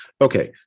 Okay